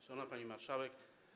Szanowna Pani Marszałek!